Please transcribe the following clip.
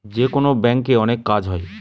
যেকোনো ব্যাঙ্কে অনেক কাজ হয়